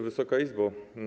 Wysoka Izbo!